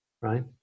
right